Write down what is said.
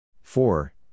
four